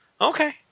Okay